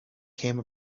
came